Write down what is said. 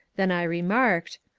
then i remarked,